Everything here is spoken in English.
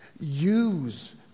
Use